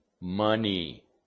Money